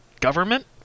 government